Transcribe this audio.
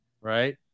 Right